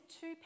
two